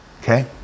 Okay